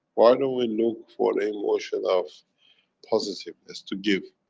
why don't we look for the emotion of positiveness, to give,